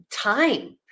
time